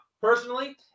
personally